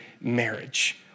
marriage